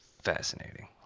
fascinating